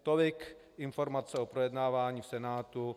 Tolik informace o projednávání v Senátu.